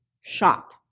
shop